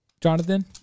Jonathan